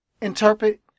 interpret